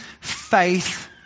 faith